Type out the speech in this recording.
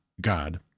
God